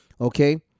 Okay